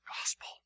gospel